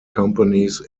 companies